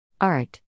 ART